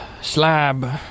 slab